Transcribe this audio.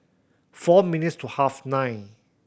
four minutes to half nine